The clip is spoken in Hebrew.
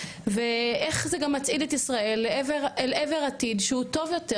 ואיך זה גם מצעיד את ישראל אל עבר עתיד טוב יותר,